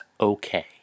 okay